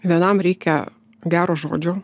vienam reikia gero žodžio